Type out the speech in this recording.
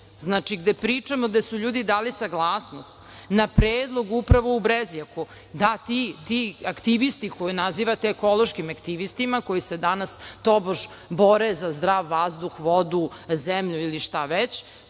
značim gde pričamo da su ljudi dali saglasnost na predlog, upravo u Brezjaku. Da, ti, ti aktivisti koje nazivate ekološkim aktivistima koji se danas tobož bore za zdrav vazduh, vodu zemlju ili šta